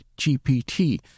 GPT